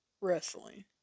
Wrestling